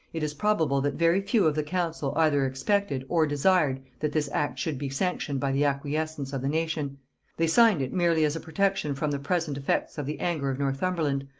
it is probable that very few of the council either expected or desired that this act should be sanctioned by the acquiescence of the nation they signed it merely as a protection from the present effects of the anger of northumberland,